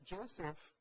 Joseph